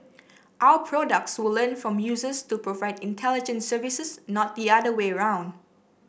our products will learn from users to provide intelligent services not the other way around